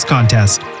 Contest